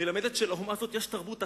מלמדת שלאומה הזאת יש תרבות אחרת,